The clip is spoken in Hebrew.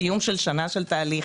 סיום של שנת תהליך,